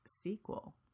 sequel